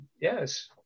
yes